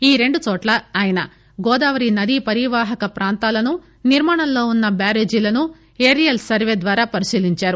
ఈ రెండు చోట్ల ఆయన గోదావరి నది పరివాహక ప్రాంతాలను నిర్మాణంలో వున్న బ్యారేజ్లను ఏరియల్ సర్వే ద్వారా పరిశీలించారు